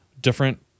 Different